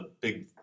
big